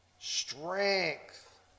Strength